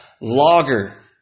logger